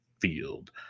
Field